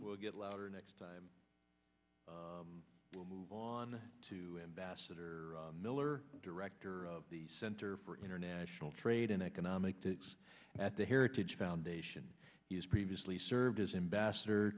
we'll get louder next time we'll move on to ambassador miller director of the center for international trade and economic at the heritage foundation he's previously served as ambassador